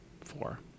four